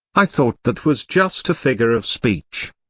i thought that was just a figure of speech.